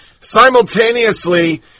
simultaneously